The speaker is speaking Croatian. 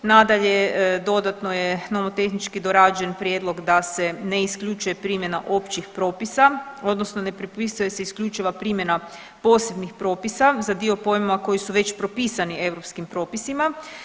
Nadalje, dodatno je nomotehnički dorađen prijedlog da se ne isključuje primjena općih propisa odnosno ne propisuje se isključiva primjena posebnih propisa za dio pojmova koji su već propisani europskim propisima.